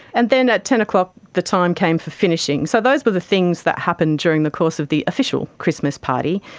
and then at ten o'clock the time came for finishing. so those were but the things that happened during the course of the official christmas party.